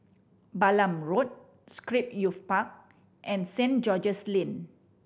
Balam Road Scape Youth Park and Saint George's Lane